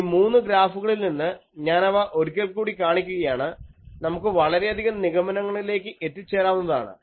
ഈ മൂന്ന് ഗ്രാഫുകളിൽനിന്ന് ഞാനവ ഒരിക്കൽ കൂടി കാണിക്കുകയാണ് നമുക്ക് വളരെയധികം നിഗമനങ്ങളിലേക്ക് എത്തിച്ചേരാവുന്നതാണ്